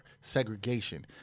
segregation